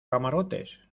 camarotes